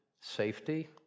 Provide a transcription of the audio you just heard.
safety